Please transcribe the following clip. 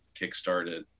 kickstarted